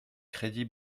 crédits